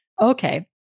okay